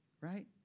right